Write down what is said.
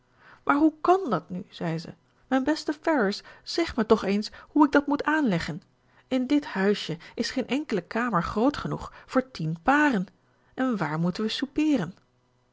maar hoe kan dat nu zei ze mijn beste ferrars zeg me toch eens hoe ik dat moet aanleggen in dit huisje is geen enkele kamer groot genoeg voor tien paren en waar moeten we soupeeren